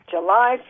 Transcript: July